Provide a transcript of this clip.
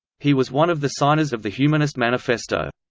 he was one of the signers of the humanist manifesto.